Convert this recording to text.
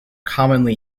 commonly